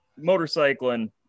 motorcycling